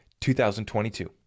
2022